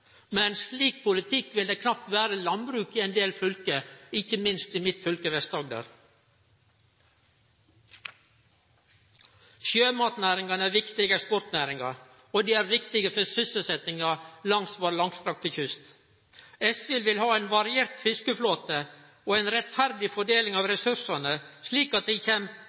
Med ein slik politikk vil det knapt vere landbruk i ein del fylke, heller ikkje i fylket mitt, Vest-Agder. Sjømatnæringane er viktige eksportnæringar. Dei er viktige for sysselsetjinga langs den langstrakte kysten vår. SV vil ha ein variert fiskeflåte og ei rettferdig fordeling av ressursane, slik at det kjem